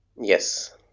yes